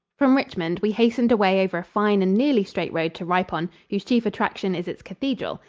from richmond we hastened away over a fine and nearly straight road to ripon, whose chief attraction is its cathedral.